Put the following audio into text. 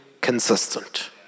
consistent